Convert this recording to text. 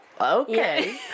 Okay